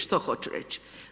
Što hoću reći?